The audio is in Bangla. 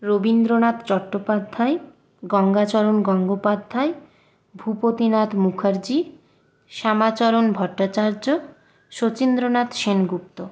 রবীন্দ্রনাথ চট্টোপাধ্যায় গঙ্গাচরণ গঙ্গোপাধ্যায় ভূপতিনাথ মুখার্জি শ্যামাচরণ ভট্টাচার্য শচীন্দ্রনাথ সেনগুপ্ত